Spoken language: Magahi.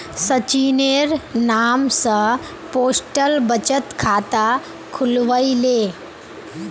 सचिनेर नाम स पोस्टल बचत खाता खुलवइ ले